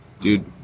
dude